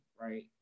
right